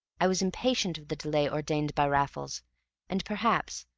i was impatient of the delay ordained by raffles and, perhaps,